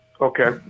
Okay